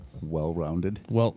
Well-rounded